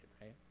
right